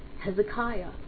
Hezekiah